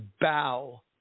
bow